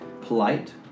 polite